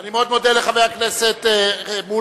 אני מאוד מודה לחבר הכנסת מולה.